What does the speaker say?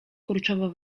kurczowo